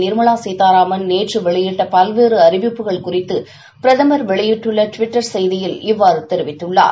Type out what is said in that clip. நிர்மலா கீதாராமன் நேற்று வெளியிட்ட பல்வேறு அறிவிப்புகள் குறித்து பிரதமர் வெளியிட்டுள்ள டுவிட்டர் செய்தியில் இவ்வாறு தெரிவித்துள்ளார்